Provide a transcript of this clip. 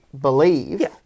believe